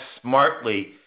smartly